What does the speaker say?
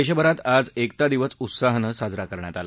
देशभरात आज एकता दिवस उत्साहाने साजरा करण्यात आला